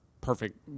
perfect